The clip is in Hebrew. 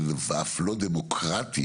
ואף לא דמוקרטי,